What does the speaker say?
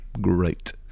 Great